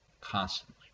constantly